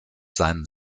seinen